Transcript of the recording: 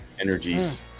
Energies